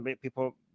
people